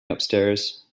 upstairs